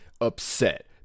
upset